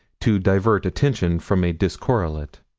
to divert attention from a discorrelate.